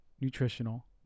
nutritional